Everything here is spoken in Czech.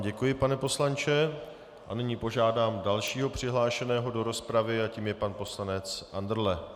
Děkuji vám, pane poslanče, a nyní požádám dalšího přihlášeného do rozpravy a tím je pan poslanec Andrle.